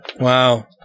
Wow